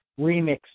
remix